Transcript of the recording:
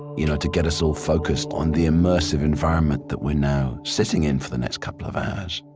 you know, to get us all focused on the immersive environment that we're now sitting in for the next couple of hours.